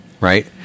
right